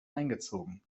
eingezogen